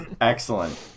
Excellent